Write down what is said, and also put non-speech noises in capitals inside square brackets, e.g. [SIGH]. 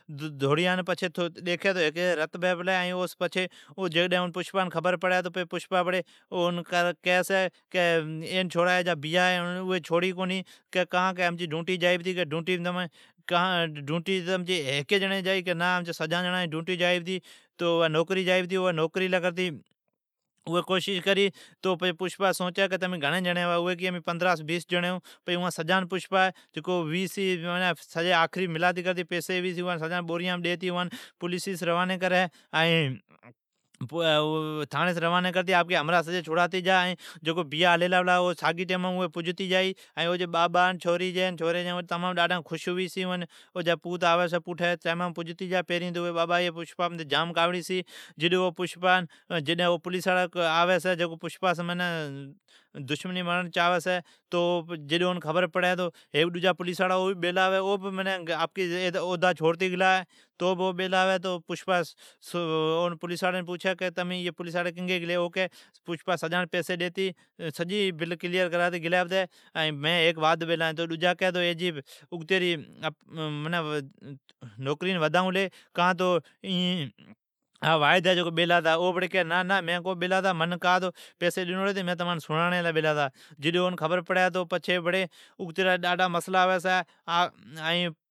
دھوڑیا ڈیکھی ۔ ھیکی جی رت بی پلی اوس پچھی پشپان خبر پڑی تو کی چھی این چھوڑا ایجا بیا ہے۔ اون چھوڑی کونی کہ کان کہ امچی ڈوٹی جائی بولی، ڈوٹی تو تمچی ھیکی جیڑین جی جائی کہ نا امچی سجان جیڑان جی ڈوٹی جائی۔ نوکری جائی پتی، اوی نوکری لی کرتی۔ اوی سوچی کہ تمین گھڑین جیڑین ھوا، اوین کیلی امین پندھران بیس جیڑین ھون ھوی سو ملاتی کرتی پیسی اوان سجان بورٰام ڈیتی پولیس روانی کری۔ تھاڑین سون روانی کرتی آپکی سجی ھمرا چھڑاتی جا۔ بیا ھلیلا پلا او ساگی ٹیمام پجتی جائی ،او جا بابا، چھوری جان ائین چھوری جا تمام خوش ھوی چھی او جی پوت پھوٹھی آوی چھی۔ ٹائیمام پجتی جا چھی ۔ پیرین تو اوی بابا ھی پسپا ہر جھام کاوڑی چھی ۔جڈ او پولیسڑا آوی چھی پسپا نی معنی دسمنی موڑن چاوی ھیک ڈجا پولیساڑا بیلا ھئی ۔ او بہ معنی آپکا اودا چھوڑتی گلا ھوی ۔تو بہ او بیلا ھوی تو اون پوچھی تو ائی سبھ پولیساڑ کیگی گلی تو او کی تہ پسپا سجان پیسہ ڈیتی بل کلیر کرتی گلا ۔مین ھیک واھد بیلا ھین مین ایجی۔ [HESITATION] نوکر ودائون لی ، تو او کی نہ من پیسی ڈنوڑی ھتے مین تمان سڑاڑی لی بیلا ھتا ۔جڈ اون خبر پڑ تو اگتیرا مسلا پیدا ھوی چھی،